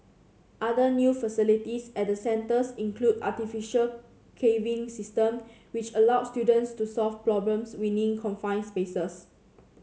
other new facilities at the centres include artificial caving system which allow students to solve problems within confined spaces